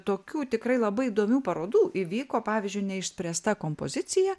tokių tikrai labai įdomių parodų įvyko pavyzdžiui neišspręsta kompozicija